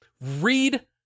Read